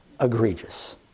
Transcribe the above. egregious